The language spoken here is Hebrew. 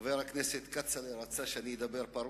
חבר הכנסת כצל'ה רצה שאדבר פרוסקי.